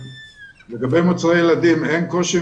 לגבי מוצרי ילדים אין קושי,